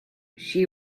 she